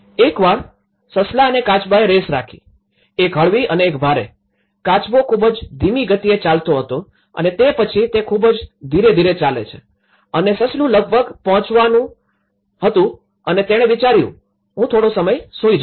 એકવાર સસલા અને કાચબાએ રેસ રાખીએક હળવી ને એક ભારે કાચબો ખૂબ જ ધીમી ગતિએ ચાલતો હતો અને તે પછી તે ખૂબ જ ધીરે ધીરે ચાલે છે અને સસલું લગભગ પહોંચવાનું પર જ હતું અને તેણે વિચાર્યું હું થોડો સમય સૂઈ જાવ